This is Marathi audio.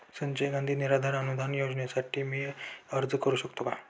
संजय गांधी निराधार अनुदान योजनेसाठी मी अर्ज करू शकतो का?